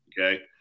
okay